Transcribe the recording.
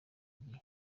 igihe